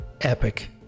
epic